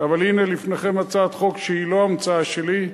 אבל הנה לפניכם הצעת חוק שהיא לא המצאה שלי,